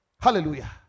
Hallelujah